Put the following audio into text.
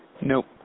Nope